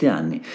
anni